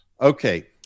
Okay